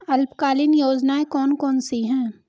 अल्पकालीन योजनाएं कौन कौन सी हैं?